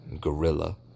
Gorilla